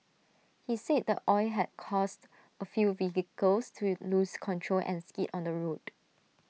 he said the oil had caused A few vehicles to lose control and skid on the road